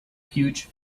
huge